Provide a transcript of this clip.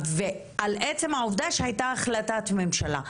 על עצם העובדה שהייתה החלטת ממשלה.